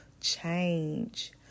change